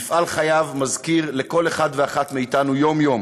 מפעל חייו מזכיר לכל אחד ואחת מאתנו יום-יום